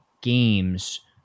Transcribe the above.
games